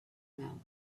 man